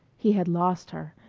he had lost her.